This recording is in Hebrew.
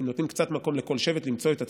אם נותנים קצת מקום לכל שבט למצוא את עצמו,